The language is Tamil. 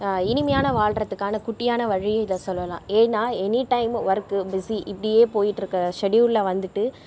இனிமையான வாழ்றதுக்கான குட்டியான வழி இதை சொல்லலாம் ஏன்னா எனிடைம் ஒர்க்கு பிஸி இப்படியே போயிட்டிருக்க ஷெடுயூலில் வந்துட்டு